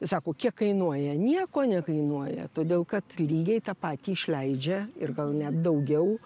sako kiek kainuoja nieko nekainuoja todėl kad lygiai tą patį išleidžia ir gal net daugiau